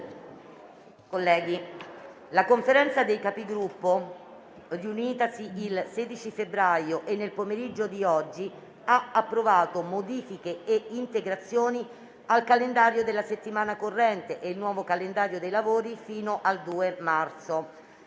la Conferenza dei Capigruppo, riunitasi il 16 febbraio e nel pomeriggio di oggi, ha approvato modifiche e integrazioni al calendario della settimana corrente e il nuovo calendario dei lavori fino al 2 marzo.